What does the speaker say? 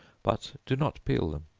but do not peel them